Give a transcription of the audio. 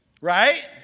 Right